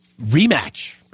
rematch